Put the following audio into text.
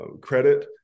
credit